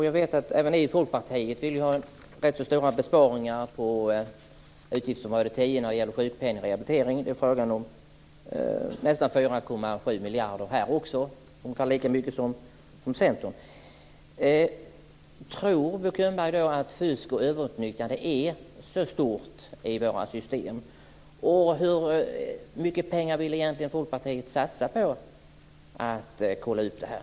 Jag vet att ni i Folkpartiet vill göra rätt stora besparingar på utgiftsområde 10 när det gäller sjukpenning och rehabilitering. Det är fråga om nästan 4,7 miljarder här också, ungefär lika mycket som Centerpartiet. Tror Bo Könberg då att problemet med fusk och överutnyttjande är så stort i våra system? Och hur mycket pengar vill egentligen Folkpartiet satsa på att kolla upp det här?